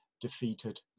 defeated